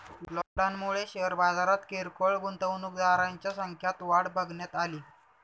लॉकडाऊनमुळे शेअर बाजारात किरकोळ गुंतवणूकदारांच्या संख्यात वाढ बघण्यात अली